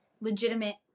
legitimate